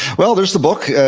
well, there's the book,